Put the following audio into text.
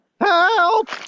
help